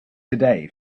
today